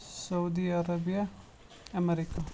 Saudi Arabia America